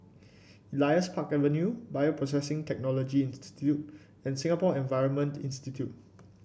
Elias Park Avenue Bioprocessing Technology Institute and Singapore Environment Institute